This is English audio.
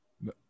No